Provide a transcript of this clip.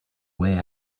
way